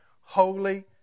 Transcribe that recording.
holy